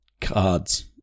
cards